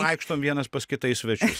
vaikštom vienas pas kitą į svečius